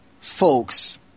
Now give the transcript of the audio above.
folks